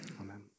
Amen